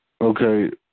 Okay